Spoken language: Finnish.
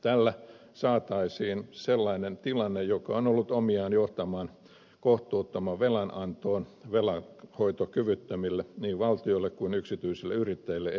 tällä saataisiin estetyksi sellainen tilanne joka on ollut omiaan johtamaan kohtuuttomaan velanantoon velanhoitokyvyttömille niin valtioille kuin yksityisille yrittäjille